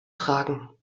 tragen